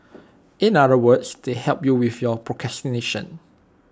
in other words they help you with your procrastination